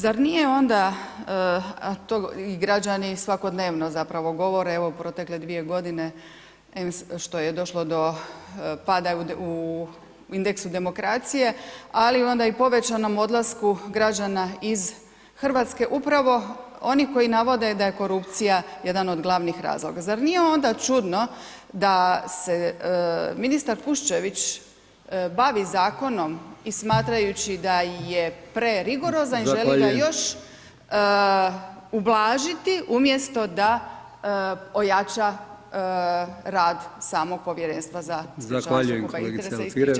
Zar nije onda, a to i građani svakodnevno zapravo govore evo protekle dvije godine em što je došlo do pada u indeksu demokracije ali onda i povećanom odlasku građana iz Hrvatske upravo onih koji navode da je korupcija jedan od glavnih razloga; zar nije onda čudno da se ministar Kuščević bavi zakonom i smatrajući da je prerigorozan i želi ga još ublažiti umjesto da ojača rad samog Povjerenstva za sprječavanje sukoba interesa?